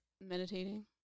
meditating